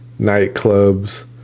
nightclubs